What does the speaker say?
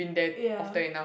ya